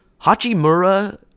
Hachimura